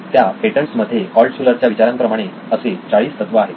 त्या पेटंट्स मध्ये ऑल्टशुलर च्या विचारांप्रमाणे असे 40 तत्व आहेत